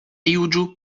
juĝu